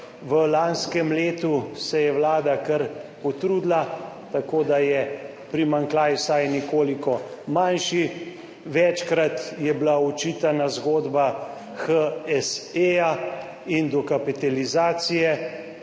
v lanskem letu se je Vlada kar potrudila, tako da je primanjkljaj vsaj nekoliko manjši. Večkrat je bila očitana zgodba HSE in dokapitalizacije.